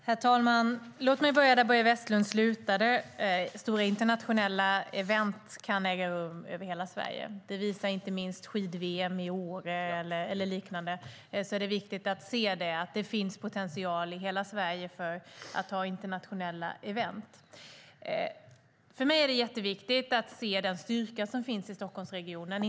Herr talman! Låt mig börja där Börje Vestlund slutade. Stora internationella event kan äga rum över hela Sverige. Det visar inte minst skid-VM i Åre och liknande arrangemang. Det är viktigt att se att det finns potential i hela Sverige för att ha internationella event. För mig är det jätteviktigt att se den styrka som finns i Stockholmsregionen.